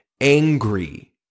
angry